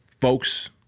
folks